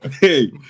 Hey